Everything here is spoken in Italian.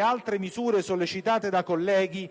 altre misure sollecitate da colleghi